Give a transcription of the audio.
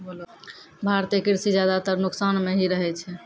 भारतीय कृषि ज्यादातर नुकसान मॅ ही रहै छै